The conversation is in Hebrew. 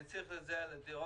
אז למה לא קונים עוד דירות?